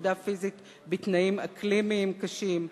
עבודה פיזית בתנאים אקלימיים קשים,